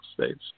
states